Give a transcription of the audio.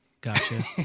Gotcha